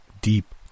deep